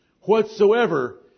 Whatsoever